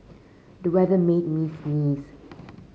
the weather made me sneeze